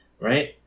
right